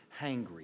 hangry